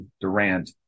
Durant